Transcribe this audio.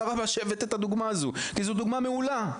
רבה שהבאת את הדוגמה הזו כי זו דוגמה מעולה,